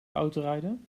autorijden